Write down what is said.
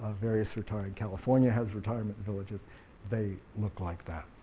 various retired california has retirement villages they look like that.